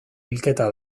bilketa